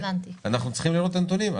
אנחנו צריכים לראות את הנתונים,